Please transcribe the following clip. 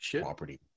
property